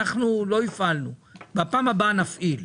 אנחנו לא הפעלנו, ובפעם הבאה נפעיל.